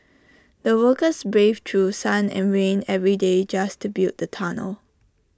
the workers braved through sun and rain every day just to build the tunnel